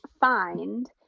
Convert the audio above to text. find